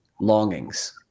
longings